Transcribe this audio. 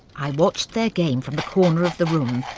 i watched their game from the corner of the room.